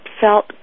felt